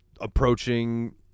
approaching